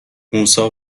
موسی